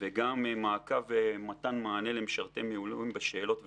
וגם מעקב ומתו מענה למשרתי מילואים בשאלות ותשובות.